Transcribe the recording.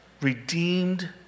redeemed